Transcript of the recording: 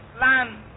land